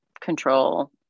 control